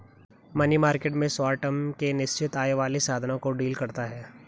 money market में short term के निश्चित आय वाले साधनों को डील करता है